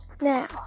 Now